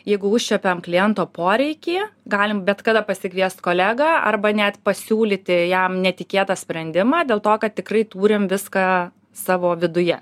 jeigu užčiuopiam kliento poreikį galim bet kada pasikviest kolegą arba net pasiūlyti jam netikėtą sprendimą dėl to kad tikrai turim viską savo viduje